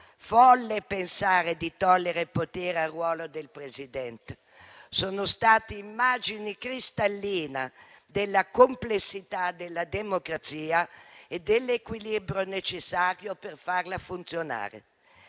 Folle è pensare di togliere il potere al ruolo del Presidente. Sono state immagini cristalline della complessità della democrazia e dell'equilibrio necessario per farla funzionare.